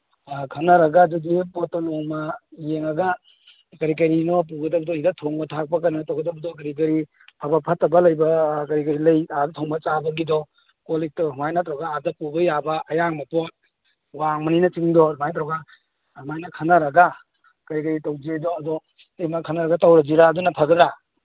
ꯑꯥ ꯈꯟꯅꯔꯒ ꯑꯗꯨꯗꯤ ꯄꯣꯠꯇꯣ ꯅꯣꯡꯃ ꯌꯦꯡꯉꯒ ꯀꯔꯤ ꯀꯔꯤꯅꯣ ꯄꯨꯒꯗꯕꯗꯣ ꯁꯤꯗ ꯊꯣꯡꯕ ꯊꯥꯛꯄ ꯀꯩꯅꯣ ꯇꯧꯒꯗꯕꯗꯣ ꯀꯔꯤ ꯀꯔꯤ ꯐꯕ ꯐꯠꯇꯕ ꯂꯩꯕ ꯀꯔꯤ ꯀꯔꯤ ꯂꯩ ꯑꯥꯗ ꯊꯣꯡꯕ ꯆꯥꯕꯒꯤꯗꯣ ꯀꯣꯜꯂꯤꯛꯇꯣ ꯁꯨꯃꯥꯏꯅ ꯇꯧꯔꯒ ꯑꯥꯗ ꯄꯨꯕ ꯌꯥꯕ ꯑꯌꯥꯡꯕ ꯄꯣꯠ ꯋꯥꯡꯕꯅꯤꯅ ꯆꯤꯡꯗꯣ ꯑꯗꯨꯃꯥꯏꯅ ꯇꯧꯔꯒ ꯑꯗꯨꯃꯥꯏꯅ ꯈꯟꯅꯔꯒ ꯀꯩꯀꯩ ꯇꯧꯁꯦꯗꯣ ꯑꯗꯣ ꯏꯇꯩꯃꯅ ꯈꯟꯅꯔꯒ ꯇꯧꯔꯁꯤꯔꯥ ꯑꯗꯨꯅ ꯐꯒꯗ꯭ꯔꯥ